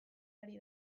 ari